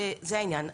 זה העניין.